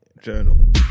Journal